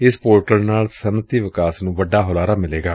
ਇਸ ਪੋਰਟਲ ਨਾਲ ਸੱਨਅਤੀ ਵਿਕਾਸ ਨੁੰ ਵੱਡਾ ਹੁਲਾਰਾ ਮਿਲੇਗਾ